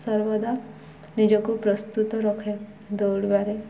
ସର୍ବଦା ନିଜକୁ ପ୍ରସ୍ତୁତ ରଖେ ଦୌଡ଼ିବାରେ